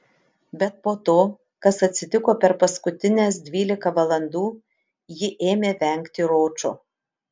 bet po to kas atsitiko per paskutines dvylika valandų ji ėmė vengti ročo